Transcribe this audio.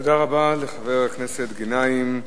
תודה רבה לחבר הכנסת גנאים.